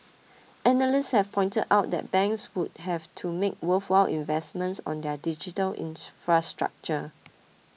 analysts have pointed out that banks would have to make worthwhile investments on their digital infrastructure